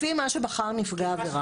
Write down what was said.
לפי מה שבחר נפגע העבירה.